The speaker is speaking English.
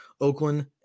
Oakland